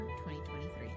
2023